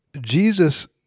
Jesus